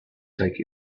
take